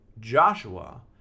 Joshua